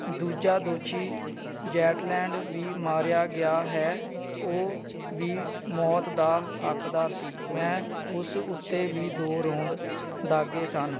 ਦੂਜਾ ਦੋਸ਼ੀ ਜੈਟਲੈਂਡ ਵੀ ਮਾਰਿਆ ਗਿਆ ਹੈ ਉਹ ਵੀ ਮੌਤ ਦਾ ਹੱਕਦਾਰ ਸੀ ਮੈਂ ਉਸ ਉੱਤੇ ਵੀ ਦੋ ਰੋਂਦ ਦਾਗੇ ਸਨ